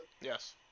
Yes